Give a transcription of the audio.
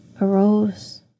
arose